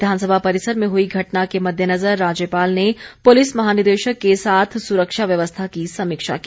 विधानसभा परिसर में हुई घटना के मद्देनजर राज्यपाल ने पुलिस महानिदेशक के साथ सुरक्षा व्यवस्था की समीक्षा की